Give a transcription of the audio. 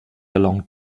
along